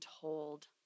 told